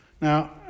Now